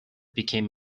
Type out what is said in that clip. became